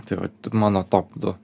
tai vat mano top du